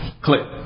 Click